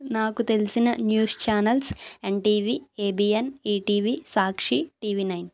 నాకు తెలిసిన news channels N TV ABN ETV Sakshi TV nine